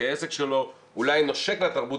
כי העסק שלו אולי נושק לתרבות,